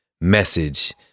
message